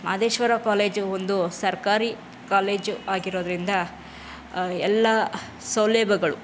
Madeshwara college ಒಂದು ಸರ್ಕಾರಿ college ಆಗಿರೋದರಿಂದ ಎಲ್ಲ ಸೌಲಭ್ಯಗಳು